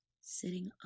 sitting